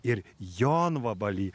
ir jonvabalį